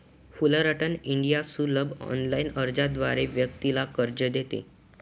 Fullerton India सुलभ online अर्जाद्वारे व्यक्तीला कर्ज देते